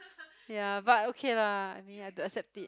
ya but okay lah I mean I have to accept it